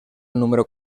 número